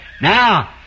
Now